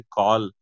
call